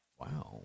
wow